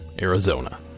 Arizona